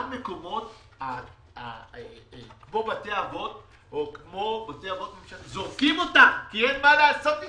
שזורקים מבתי האבות כי אין מה לעשות איתם,